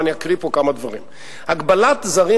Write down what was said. ואני אקריא פה כמה דברים: הגבלת זרים